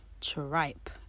Tripe